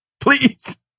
Please